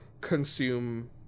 consume